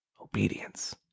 obedience